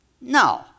No